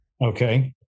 Okay